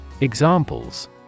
Examples